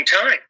time